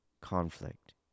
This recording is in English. conflict